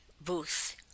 booth